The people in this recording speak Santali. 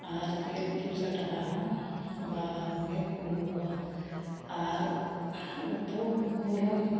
ᱟᱨ ᱪᱮᱫ ᱯᱚᱭᱥᱟ ᱴᱟᱠᱟ ᱦᱚᱸ ᱵᱟᱝᱜᱮ ᱠᱩᱲᱟᱹᱣ ᱫᱚ ᱟᱨ ᱩᱛᱩ ᱵᱩᱞᱩᱝ